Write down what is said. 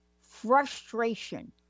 frustration